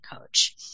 coach